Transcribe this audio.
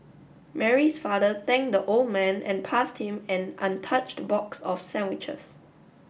Mary's father thanked the old man and passed him an untouched box of sandwiches